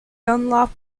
dunlop